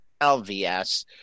LVS